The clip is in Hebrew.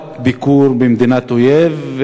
רק ביקור במדינת אויב,